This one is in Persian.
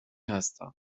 هستم